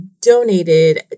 donated